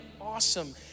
awesome